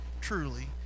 truly